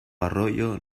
arroyo